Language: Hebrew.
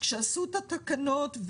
כשעשו את התקנות,